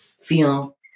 feel